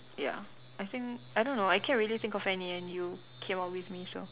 ya I think I don't know I can't really think of any and you came up with me so